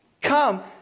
Come